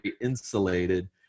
insulated